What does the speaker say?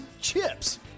Chips